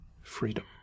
freedom